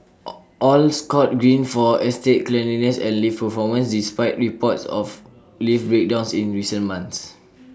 all all scored green for estate cleanliness and lift performance despite reports of lift breakdowns in recent months